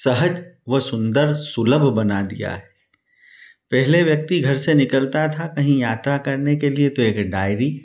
सहज व सुंदर सुलभ बना दिया है पहले व्यक्ति घर से निकलता था कहीं यात्रा करने के लिए तो एक डायरी